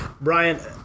Brian